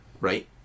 right